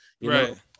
Right